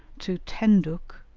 to tenduc,